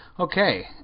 Okay